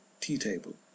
tea-table